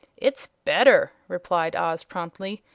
it's better, replied oz, promptly.